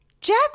Jack